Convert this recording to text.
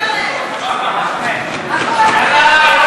ראש הממשלה,